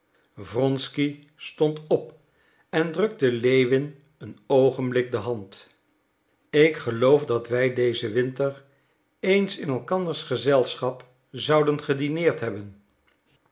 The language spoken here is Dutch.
wronsky stond op en drukte lewin een oogenblik de hand ik geloof dat wij dezen winter eens in elkanders gezelschap zouden gedineerd hebben